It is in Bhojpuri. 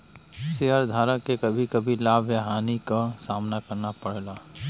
शेयरधारक के कभी कभी लाभ या हानि क सामना करना पड़ला